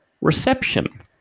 reception